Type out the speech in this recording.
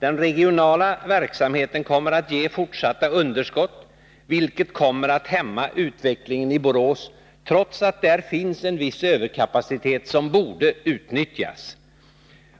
Den regionala verksamheten kommer med andra ord att ge fortsatta underskott, vilket kommer att hämma utvecklingen i Borås trots att det där finns en viss överkapacitet som borde utnyttjas.